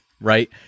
right